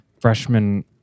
freshman